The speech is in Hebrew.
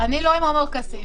ההסתייגות לא אושרה.